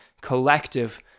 collective